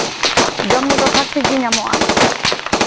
ᱡᱚᱢᱼᱧᱩ ᱫᱚ ᱴᱷᱤᱠ ᱴᱷᱟᱠ ᱜᱮ ᱧᱟᱢᱚᱜᱼᱟ